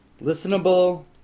Listenable